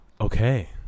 okay